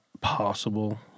possible